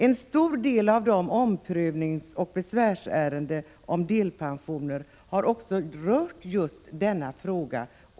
En stor del av omprövningsoch besvärsärendena rörande delpensionen har också gällt just denna fråga.